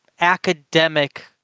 academic